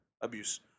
Abuse